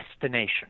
destination